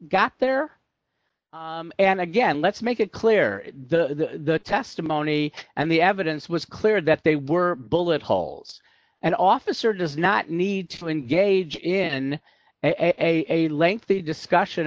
got there and again let's make it clear the testimony and the evidence was clear that they were bullet holes and officer does not need to engage in a lengthy discussion